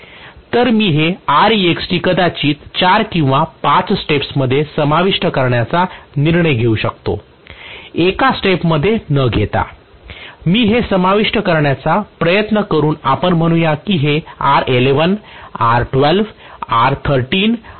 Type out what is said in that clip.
तर मी हे कदाचित चार किंवा पाच स्टेप्स मध्ये समाविष्ट करण्याचा निर्णय घेऊ शकतो एका स्टेप मध्ये न घेता मी हे समाविष्ट करण्याचा प्रयत्न करू आपण म्हणूया कि की हे R11 R12 R13 R14 आहे